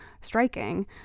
striking